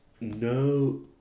no